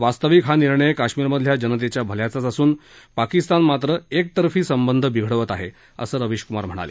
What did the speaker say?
वास्तविक हा निर्णय कश्मीरमधल्या जनतेच्या भल्याचाच असून पाकिस्तान मात्र एकतर्फी संबंध बिघडवत आहे असं रवीश कुमार म्हणाले